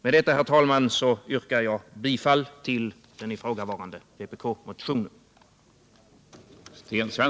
Med detta, herr talman, yrkar jag bifall till den ifrågavarande vpkmotionen.